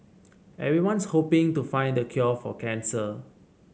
everyone's hoping to find the cure for cancer